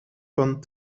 van